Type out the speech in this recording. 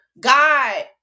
God